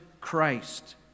Christ